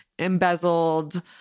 embezzled